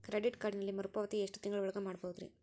Credit ಕಾರ್ಡಿನಲ್ಲಿ ಮರುಪಾವತಿ ಎಷ್ಟು ತಿಂಗಳ ಒಳಗ ಮಾಡಬಹುದ್ರಿ?